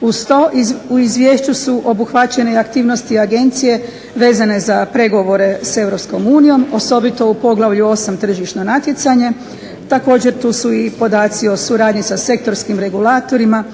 Uz to u Izvješću su obuhvaćene aktivnosti Agencije vezane za pregovore s Europskom unijom osobito u poglavlju 8. tržišno natjecanje. Također tu su podaci u suradnji sa sektorskim regulatorima,